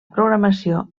programació